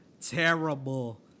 terrible